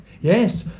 Yes